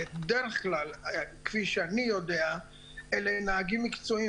בדרך כלל כפי שאני יודע אלה נהגים מקצועיים